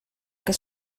que